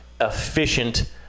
efficient